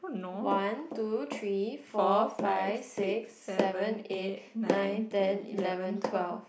one two three four five six seven eight nine ten eleven twelve